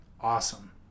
Awesome